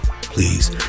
please